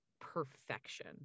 perfection